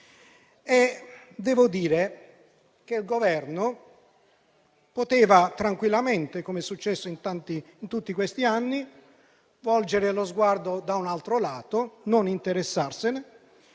Devo dire che il Governo poteva tranquillamente - come è successo in tutti questi anni - volgere lo sguardo da un altro lato, non interessarsene,